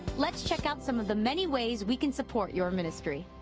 let's check out some of the many ways we can support your ministry.